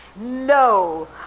No